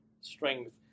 strength